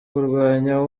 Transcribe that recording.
kurwanya